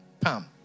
Pam